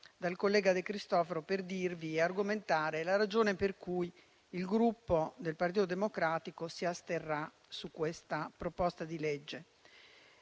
dal collega De Cristofaro per argomentare la ragione per cui il Gruppo Partito Democratico si asterrà su questa proposta di legge.